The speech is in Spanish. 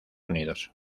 unidos